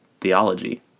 theology